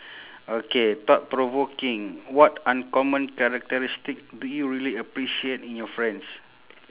okay thought provoking what uncommon characteristic do you really appreciate in your friends